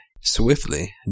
swiftly